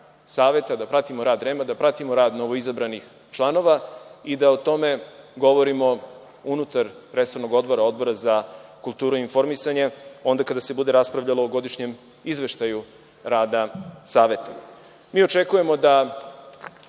Saveta, da pratimo rad REM-a, da pratimo rad novoizabranih članova i da o tome govorimo unutar resornog odbora, Odbora za kulturu i informisanje onda kada se bude raspravljalo o godišnjem izveštaju rada Saveta. Kada govorimo o